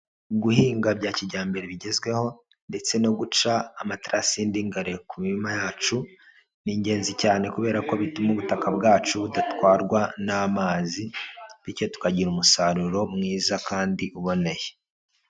Guhinga bya kijyambere bigezweho ndetse no guca amatarasi y'indinganire ku mirima yacu, ni ingenzi cyane kubera ko bituma ubutaka bwacu budatwarwa n'amazi bityo tukagira umusaruro mwiza kandi uboneye.